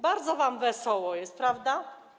Bardzo wam wesoło jest, prawda?